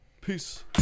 Peace